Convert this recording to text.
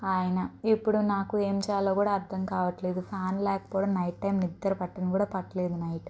ఆయన ఇప్పుడు నాకు ఏం చేయాలో కూడా అర్ధం కావట్లేదు ఫ్యాన్ లేకపోవడం నైట్ నిద్ర కూడా పట్టలేదు నైట్